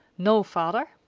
no, father.